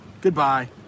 Goodbye